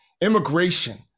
immigration